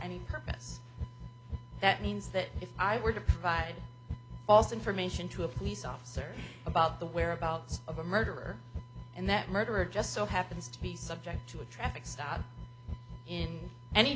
any purpose that means that if i were to provide false information to a police officer about the whereabouts of a murderer and that murderer just so happens to be subject to a traffic stop in any